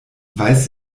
weiß